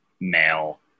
male